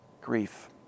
grief